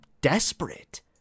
desperate